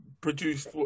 produced